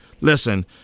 Listen